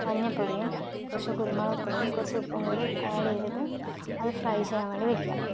മഞ്ഞൾപ്പൊടിയും കുറച്ച് കുരുമുളക് പൊടിയും കുറച്ച് ഉപ്പും കൂടി ഏഡ്ഡ് ചെയ്തിട്ട് അത് ഫ്രൈ ചെയ്യാൻ വേണ്ടി വയ്ക്കുക